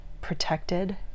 protected